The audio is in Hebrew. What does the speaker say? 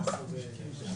עובד ככה.